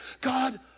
God